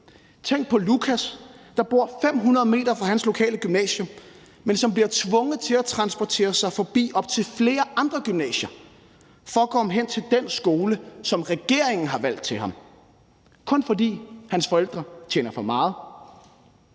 Tænk på Lukas, der bor 500 m fra sit lokale gymnasium, men som bliver tvunget til at transportere sig forbi op til flere andre gymnasier for at komme hen til den skole, som regeringen har valgt til ham – kun fordi hans forældre tjener for meget.